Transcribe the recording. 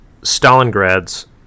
Stalingrad's